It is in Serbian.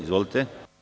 Izvolite.